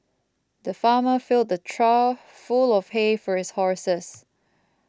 the farmer filled a trough full of hay for his horses